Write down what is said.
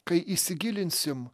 kai įsigilinsim